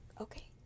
Okay